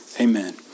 amen